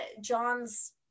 John's